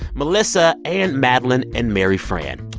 melissa and madeline and mary fran.